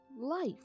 life